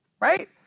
Right